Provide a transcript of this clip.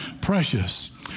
precious